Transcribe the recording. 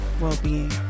well-being